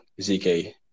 ZK